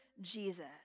Jesus